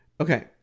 Okay